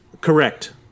Correct